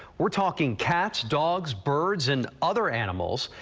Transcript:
we're talking cats, dogs, bird, so and other animals.